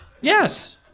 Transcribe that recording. Yes